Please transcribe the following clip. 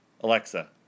Alexa